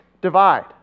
Divide